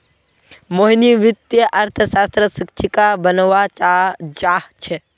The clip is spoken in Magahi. मोहिनी वित्तीय अर्थशास्त्रक शिक्षिका बनव्वा चाह छ